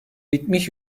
bitmiş